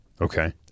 Okay